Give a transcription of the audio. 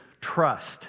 trust